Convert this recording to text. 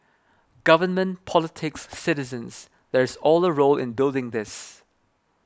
government politics citizens there is all a role in building this